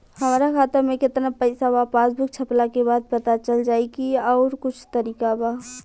हमरा खाता में केतना पइसा बा पासबुक छपला के बाद पता चल जाई कि आउर कुछ तरिका बा?